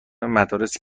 مدارس